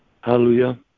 hallelujah